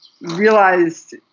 realized